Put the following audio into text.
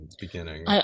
beginning